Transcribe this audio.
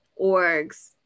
orgs